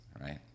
Right